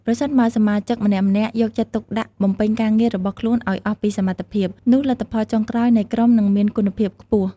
ប្រសិនបើសមាជិកម្នាក់ៗយកចិត្តទុកដាក់បំពេញការងាររបស់ខ្លួនឱ្យអស់ពីសមត្ថភាព នោះលទ្ធផលចុងក្រោយនៃក្រុមនឹងមានគុណភាពខ្ពស់។